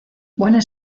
buen